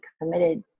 committed